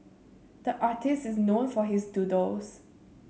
the artist is known for his doodles